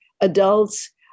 adults